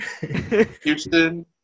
Houston